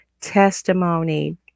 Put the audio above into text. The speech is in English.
testimony